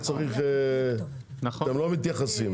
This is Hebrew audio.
אתם לא מתייחסים.